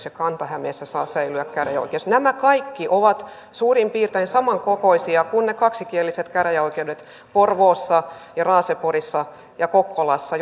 ja kanta hämeessä saa säilyä käräjäoikeus nämä kaikki ovat suurin piirtein samankokoisia kuin ne kaksikieliset käräjäoikeudet porvoossa raaseporissa ja kokkolassa